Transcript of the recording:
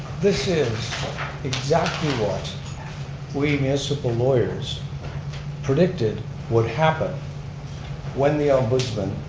this is exactly what we municipal lawyers predicted would happen when the ombudsman